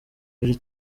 iri